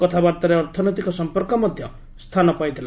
କଥାବାର୍ତ୍ତାରେ ଅର୍ଥନୈତିକ ସମ୍ପର୍କ ମଧ୍ୟ ସ୍ଥାନ ପାଇଥିଲା